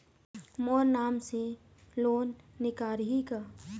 मोर नाम से लोन निकारिही का?